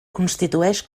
constitueix